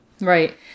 Right